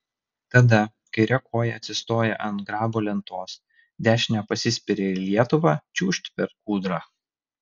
tada kaire koja atsistoja ant grabo lentos dešine pasispiria į lietuvą čiūžt per kūdrą